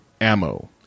ammo